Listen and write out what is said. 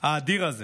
האדיר הזה